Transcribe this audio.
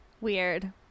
Weird